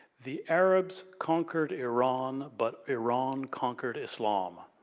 the arabs conquered iran, but iran conquered islam.